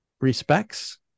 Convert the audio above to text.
respects